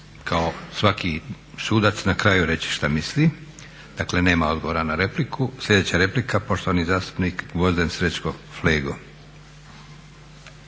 kao svaki sudac na kraju reći šta misli, dakle nema odgovora na repliku. Sljedeća replika poštovani zastupnik Gvozden Srećko Flego.